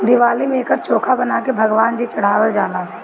दिवाली में एकर चोखा बना के भगवान जी चढ़ावल जाला